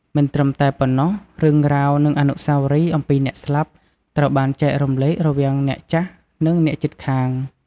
មិនត្រឹមតែប៉ុណ្ណោះ រឿងរ៉ាវនិងអនុស្សាវរីយ៍អំពីអ្នកស្លាប់ត្រូវបានចែករំលែករវាងអ្នកចាស់និងអ្នកជិតខាង។